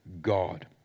God